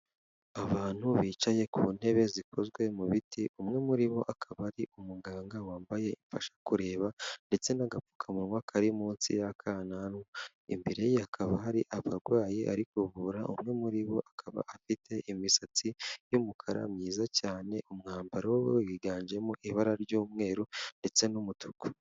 Abantu bicaye ku ntebe zikozwe mu biti, umwe muri bo akaba ari umuganga wambaye imfasha kureba ndetse n'agapfukamunwa kari munsi y'akananwa. Imbere ye hakaba hari abarwayi arimo kuvura, umwe muri bo akaba afite imisatsi y'umukara myiza cyane, umwambaro we wiganjemo ibara ry'umweru ndetse n'umutuku.